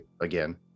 again